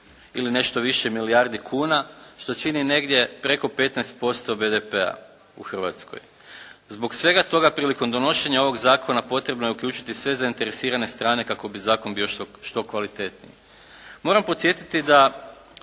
ili nešto više milijardi kuna što čini negdje preko 15% BDP-a u Hrvatskoj. Zbog svega toga prilikom donošenja ovog zakona potrebno je uključiti sve zainteresirane strane kako bi zakon bio što kvalitetniji. Moram podsjetiti da